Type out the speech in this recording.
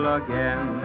again